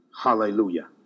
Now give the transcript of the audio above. Hallelujah